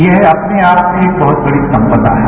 यह अपने आप में बहुत बड़ी संपदा है